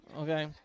Okay